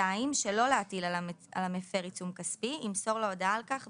שלא להטיל על המפר עיצום כספי ימסור לו הודעה על כך,